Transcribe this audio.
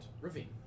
Ravine